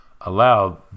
allow